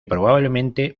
probablemente